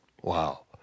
Wow